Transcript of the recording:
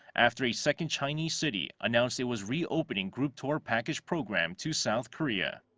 after a second chinese city announced it was reopening group tour package program to south korea.